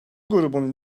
grubun